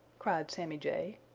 cried sammy jay.